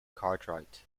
cartwright